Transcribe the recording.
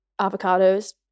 avocados